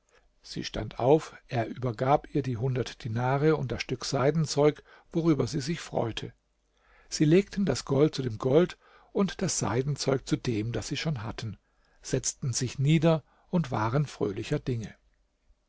sie stand auf er übergab ihr die hundert dinare und das stück seidenzeug worüber sie sich freute sie legten das gold zu dem gold und das seidenzeug zu dem das sie schon hatten setzten sich nieder und waren fröhlicher dinge